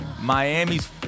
Miami's